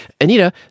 Anita